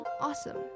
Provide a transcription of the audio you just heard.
Awesome